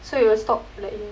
so it will stop like here